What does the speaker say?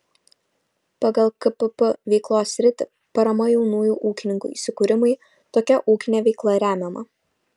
pagal kpp veiklos sritį parama jaunųjų ūkininkų įsikūrimui tokia ūkinė veikla remiama